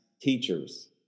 teachers